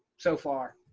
so far.